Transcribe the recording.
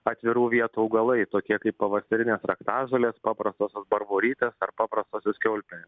atvirų vietų augalai tokie kaip pavasarinės raktažolės paprastosios barborytės ar paprastosios kiaulpienės